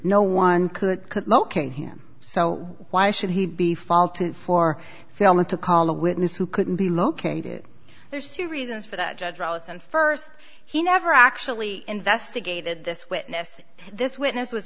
no one could could locate him so why should he be faulted for failing to call a witness who couldn't be located there's two reasons for that judge ellis and first he never actually investigated this witness this witness was